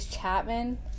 Chapman